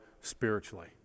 spiritually